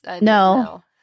no